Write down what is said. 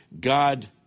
God